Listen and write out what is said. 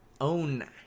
own